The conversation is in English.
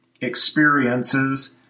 experiences